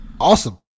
Awesome